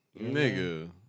nigga